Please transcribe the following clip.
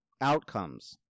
outcomes